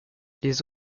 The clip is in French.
les